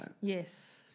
yes